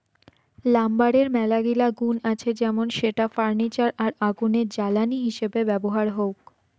লাম্বরের মেলাগিলা গুন্ আছে যেমন সেটা ফার্নিচার আর আগুনের জ্বালানি হিসেবে ব্যবহার হউক